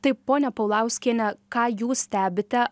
taip ponia paulauskiene ką jūs stebite